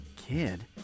kid